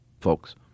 folks